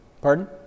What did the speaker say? pardon